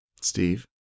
Steve